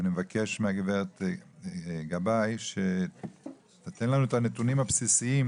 אני מבקש מהגברת גבאי שתיתן לנו את הנתונים הבסיסיים